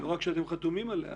לא רק שאתם חתומים עליה